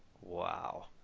Wow